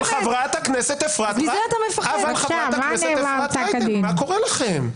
אבל חברת הכנסת אפרת רייטן, מה קורה לכם?